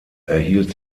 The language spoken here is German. erhielt